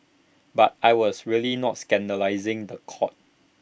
but I was really not scandalising The Court